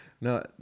no